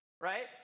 right